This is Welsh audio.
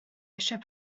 eisiau